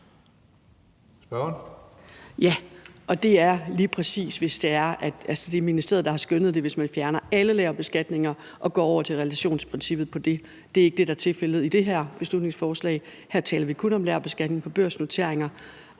Juul (KF): Ministeriet har skønnet, at det er sådan, hvis man fjerner alle lagerbeskatninger og går over til realisationsprincippet, hvad angår det. Det er ikke det, der er tilfældet i det her beslutningsforslag. Her taler vi kun om lagerbeskatning på børsnoteringer,